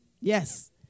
Yes